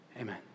amen